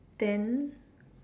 then